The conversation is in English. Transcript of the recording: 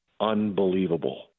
unbelievable